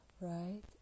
right